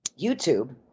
YouTube